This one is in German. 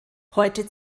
heute